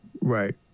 Right